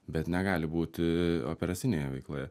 bet negali būti operacinėje veikloje